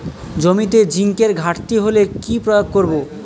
জমিতে জিঙ্কের ঘাটতি হলে কি প্রয়োগ করব?